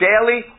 daily